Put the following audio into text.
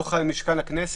לא חל על משכן הכנסת.